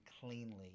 cleanly